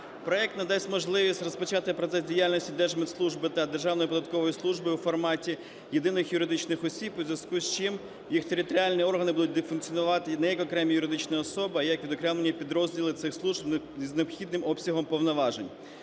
Проект надасть можливість розпочати процес діяльності Держмитслужби та Державної податкової служби у форматі єдиних юридичних осіб, у зв’язку з чим їх територіальні органи будуть функціонувати не як окремі юридичні особи, а як відокремлені підрозділи цих служб з необхідним обсягом повноважень.